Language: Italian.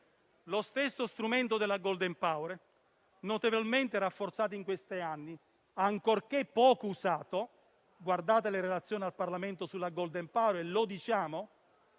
Lo stesso strumento del *golden power*, notevolmente rafforzato in questi anni, è ancora poco usato. Guardate le relazioni al Parlamento sul *golden power*. Lo diciamo